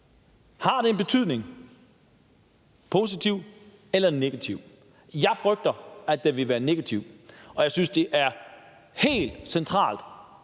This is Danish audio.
Har det en betydning – og er den positiv eller negativ? Jeg frygter, at den vil være negativ. Og jeg synes, det er helt centralt